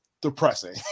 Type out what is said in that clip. depressing